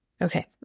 Okay